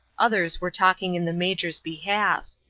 others were talking in the major's behalf.